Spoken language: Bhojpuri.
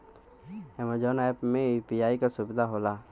अमेजॉन ऐप में यू.पी.आई क सुविधा होला